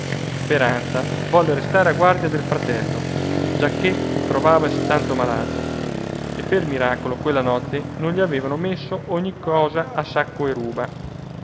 speranza volle restare a guardia del fratello giacché trovavasi tanto malato e per miracolo quella notte non gli avevano messo ogni cosa a sacco e ruba